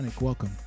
Welcome